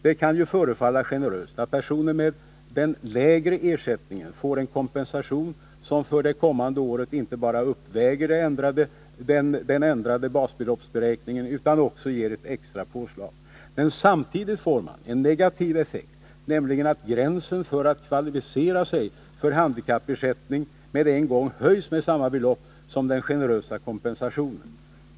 Det kan ju förefalla generöst att personer med den lägre ersättningen får en kompensation som för det kommande året inte bara uppväger den ändrade basbeloppsberäkningen utan också ger ett extra påslag. Men samtidigt får man en negativ effekt, nämligen att gränsen för att kvalificera sig för handikappersättning med en gång höjs med samma belopp som den generösa kompensationen.